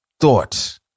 thought